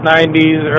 90s